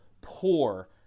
poor